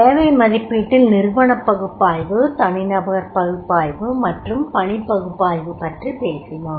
தேவை மதிப்பீட்டில் நிறுவனப் பகுப்பாய்வு தனிநபர் பகுப்பாய்வு மற்றும் பணிப் பகுப்பாய்வு பற்றி பேசினோம்